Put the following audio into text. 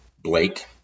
Blake